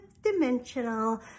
dimensional